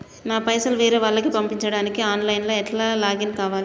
నా పైసల్ వేరే వాళ్లకి పంపడానికి ఆన్ లైన్ లా ఎట్ల లాగిన్ కావాలి?